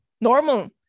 normal